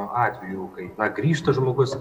atvejų kai na grįžta žmogus